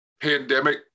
pandemic